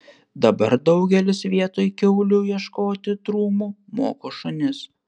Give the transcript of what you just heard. dabar daugelis vietoj kiaulių ieškoti trumų moko šunis